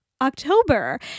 October